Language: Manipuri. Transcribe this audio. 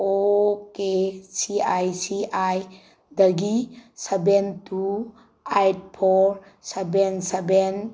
ꯑꯣ ꯀꯦ ꯁꯤ ꯑꯥꯏ ꯁꯤ ꯑꯥꯏꯗꯒꯤ ꯁꯕꯦꯟ ꯇꯨ ꯑꯩꯠ ꯐꯣꯔ ꯁꯕꯦꯟ ꯁꯕꯦꯟ